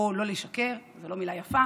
או לא לשקר, זאת לא מילה יפה,